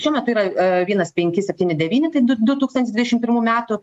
šiuo metu yra vienas penki septyni devyni tai du du tūkstantis dvidešim pirmų metų